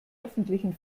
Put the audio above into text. öffentlichen